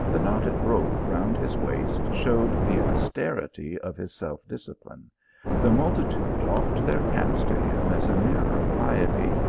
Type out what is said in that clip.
the knotted rope round his waist showed the austerity of his self discipline the multitude doffed their caps to him as a mirror of piety,